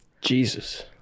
Jesus